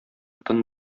тын